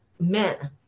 men